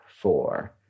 four